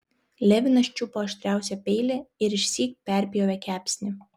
levinas čiupo aštriausią peilį ir išsyk perpjovė kepsnį